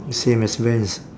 same as vans